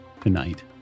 tonight